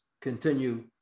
continue